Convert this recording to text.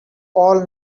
all